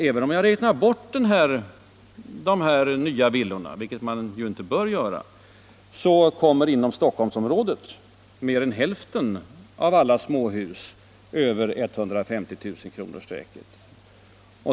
Även om jag räknar bort de nya villorna —- vilket man ju inte bör göra - kommer inom Stockholmsområdet mer än hälften av alla småhus över 150 000-kronorsstrecket.